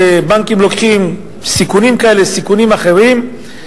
שבנקים לוקחים סיכונים כאלה וסיכונים אחרים,